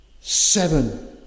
seven